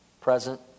Present